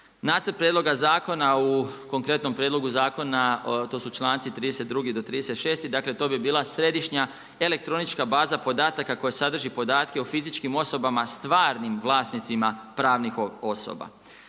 Nacrt prijedloga zakona u konkretnom prijedloga zakona to su članci 32. do 36., dakle to bi bila središnja elektronička baza podataka koja sadrži podatke o fizičkim osobama stvarnim vlasnicima pravnih osoba.